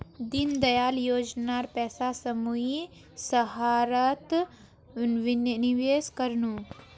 दीनदयाल योजनार पैसा स मुई सहारात निवेश कर नु